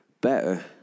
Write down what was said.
better